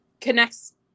connects